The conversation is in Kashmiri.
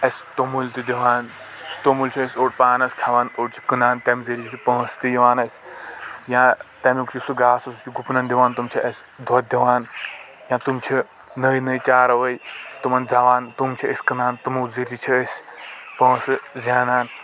اَسہِ توٚمُل تہِ دِوان سُہ توٚمُل چھُ أسۍ اوٚڑ پانس کھٮ۪وان اوٚڑ چھ کٔنان تَمہِ ذٔریعہ چھ پونٛسہٕ تہِ یِوان اَسہِ یا تٔمیُک یُس سُہ گاسہٕ سُہ چھ گُپنن دِوان تِم چھ اَسہِ دۄد دِوان یا تِمہٕ چھ نٔے نٔے چاروأے تِمن زٮ۪وان تِم چھ أسۍ کٔنان تِمو ذریعہ چھ أسۍ پوٗنٛسہٕ زینان